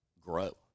grow